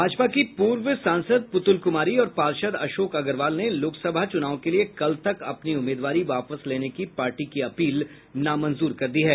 भाजपा की पूर्व सांसद पुतुल कुमारी और पार्षद अशोक अग्रवाल ने लोकसभा चूनाव के लिए कल तक अपनी उम्मीदवारी वापस लेने की पार्टी की अपील नामंजूर कर दी है